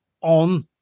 on